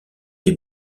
des